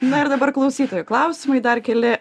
na ir dabar klausytojų klausimai dar keli